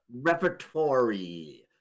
Repertory